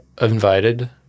invited